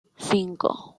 cinco